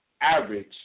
average